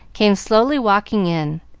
came slowly walking in.